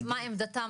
מה עמדתם,